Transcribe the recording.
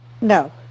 no